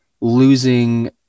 losing